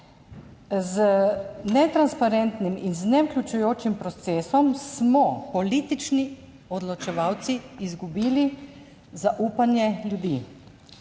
Z netransparentnim in z nevključujočim procesom smo politični odločevalci izgubili zaupanje ljudi.